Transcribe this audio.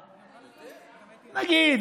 נגיד,